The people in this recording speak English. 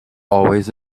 always